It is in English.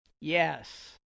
Yes